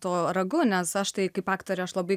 tuo ragu nes aš tai kaip aktorė aš labai